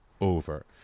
over